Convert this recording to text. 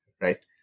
right